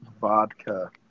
vodka